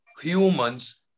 humans